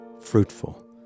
fruitful